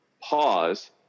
pause